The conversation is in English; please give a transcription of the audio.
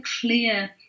clear